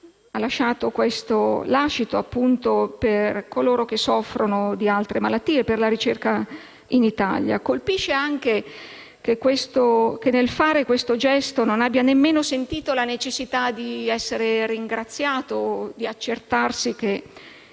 ha lasciato questa eredità appunto per coloro che soffrono di altre malattie e per la ricerca in Italia. Colpisce anche che, nel fare questo gesto, non abbia neanche sentito la necessità di essere ringraziato o di accertarsi che